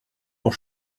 pour